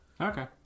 Okay